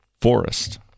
forest